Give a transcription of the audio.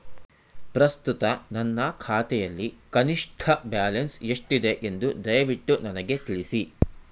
ಪ್ರಸ್ತುತ ನನ್ನ ಖಾತೆಯಲ್ಲಿ ಕನಿಷ್ಠ ಬ್ಯಾಲೆನ್ಸ್ ಎಷ್ಟಿದೆ ಎಂದು ದಯವಿಟ್ಟು ನನಗೆ ತಿಳಿಸಿ